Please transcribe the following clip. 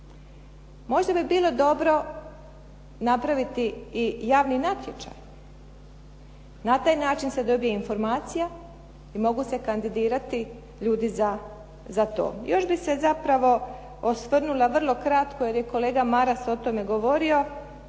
Možda bi bilo dobro napraviti i javni natječaj. Na taj način se dobije informacija i mogu se kandidirati ljudi za to. Još bi se zapravo osvrnula vrlo kratko, jer je kolega Maras o tome govorio